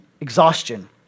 exhaustion